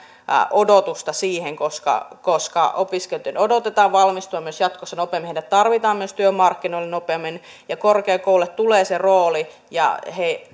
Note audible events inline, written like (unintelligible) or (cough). odotusta koska koska opiskelijoiden odotetaan valmistuvan myös jatkossa nopeammin heidät tarvitaan myös työmarkkinoille nopeammin ja korkeakouluille tulee se rooli ja he (unintelligible)